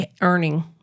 earning